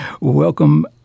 Welcome